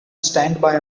standby